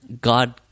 God